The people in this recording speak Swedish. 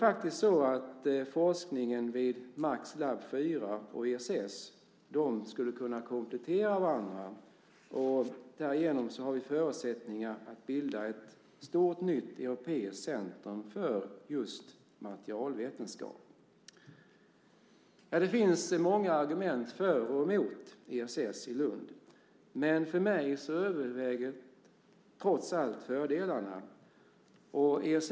Forskningen vid Maxlab 4 och ESS skulle kunna komplettera varandra, och därigenom har vi förutsättningar att bilda ett stort, nytt europeiskt centrum för materialvetenskap. Det finns många argument för och emot ESS i Lund, men för mig överväger trots allt fördelarna.